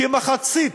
כמחצית,